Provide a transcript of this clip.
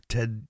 Ted